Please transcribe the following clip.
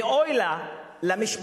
ואוי לה למשפחה,